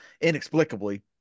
inexplicably